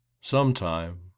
Sometime